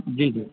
جی جی